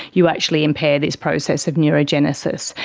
you actually impair this process of neurogenesis.